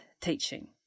teaching